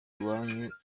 iwanyu